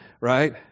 right